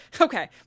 Okay